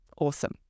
awesome